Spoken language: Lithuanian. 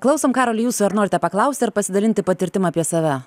klausom karoli jūsų ar norite paklausti ar pasidalinti patirtim apie save